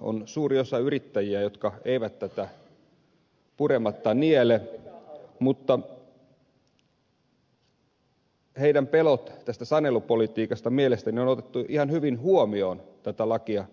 on suuri osa yrittäjiä jotka eivät tätä purematta niele mutta heidän pelkonsa tästä sanelupolitiikasta mielestäni on otettu ihan hyvin huomioon tätä lakia